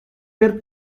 per